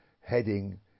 heading